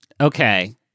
Okay